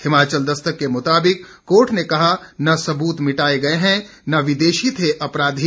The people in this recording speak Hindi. हिमाचल दस्तक के मुताबिक कोर्ट ने कहा न सबूत मिटाए गए हैं न विदेशी थे अपराधी